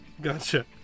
Gotcha